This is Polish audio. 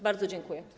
Bardzo dziękuję.